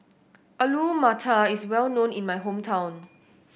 Alu Matar is well known in my hometown